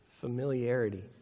familiarity